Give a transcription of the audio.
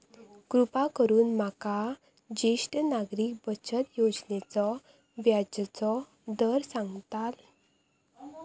कृपा करून माका ज्येष्ठ नागरिक बचत योजनेचो व्याजचो दर सांगताल